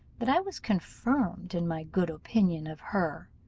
that i was confirmed in my good opinion of her,